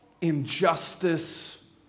injustice